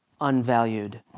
unvalued